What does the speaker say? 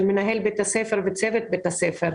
של מנהל בית הספר וצוות בית הספר.